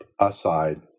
aside